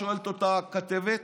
שואלת אותה הכתבת,